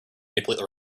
manipulate